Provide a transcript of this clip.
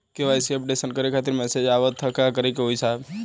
KYC updation करें खातिर message आवत ह का करे के होई साहब?